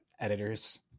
editors